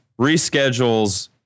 reschedules